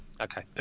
Okay